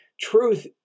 truth